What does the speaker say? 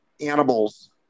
animals